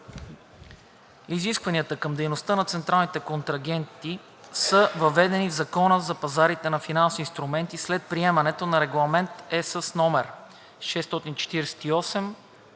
Изискванията към дейността на централните контрагенти (ЦК) са въведени в Закона за пазарите на финансови инструменти след приемането на Регламент (ЕС) №